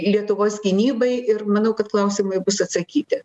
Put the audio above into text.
lietuvos gynybai ir manau kad klausimai bus atsakyti